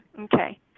Okay